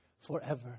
forever